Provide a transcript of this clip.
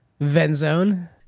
Venzone